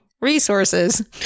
resources